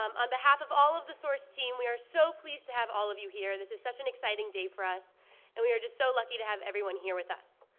um on behalf of all of the source team we are so pleased to have all of you here. this is such an exciting day for us and we're just so lucky to have everyone here with us.